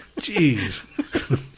Jeez